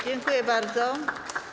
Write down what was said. Dziękuję bardzo.